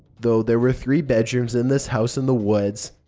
though there were three bedrooms in this house in the woods,